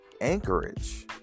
anchorage